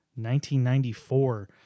1994